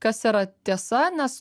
kas yra tiesa nes